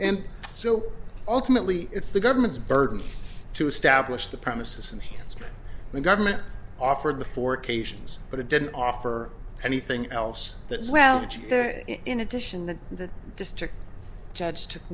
and so ultimately it's the government's burden to establish the premises and hence the government offered the four occasions but it didn't offer anything else that's well there in addition to that district judge took